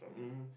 mmhmm